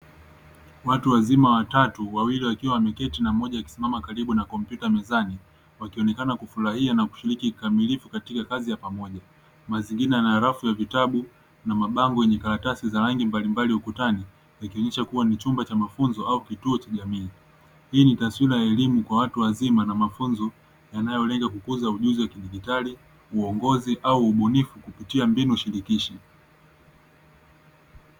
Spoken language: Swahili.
Watu wazima watatu, wawili wakiwa wameketi na mmmoja akisimama karibu na komputa mezani, wakionekana kufurahia na kushiriki kikamilifu katika kazi ya pamoja. Mazingira na rafu ya vitabu na mabango yenye karatasi za rangi mbalimbali ukutani, ikionyesha kuwa ni chumba cha mafunzo au kituo cha jamii. Hii ni taswira ya elimu kwa watu wazima na mafunzo yanayolenga kukuza ujuzi wa kidijitali, uongozi au ubunifu kupitia mbinu shirikishi.